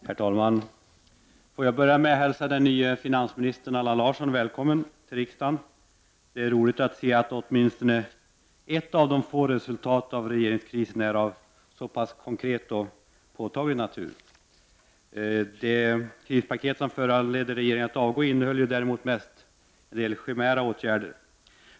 Herr talman! Får jag börja med att hälsa den nye finansministern Allan Larsson välkommen till riksdagen. Det är roligt att se att åtminstone ett av de få resultaten av regeringskrisen är av så pass konkret och påtaglig natur. Det krispaket som föranledde regeringen att avgå innehöll ju däremot mest en rad chimära åtgärder.